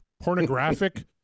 pornographic